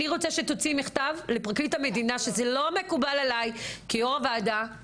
אתם תוציאו מכתב חריף על הדבר הזה ליועצת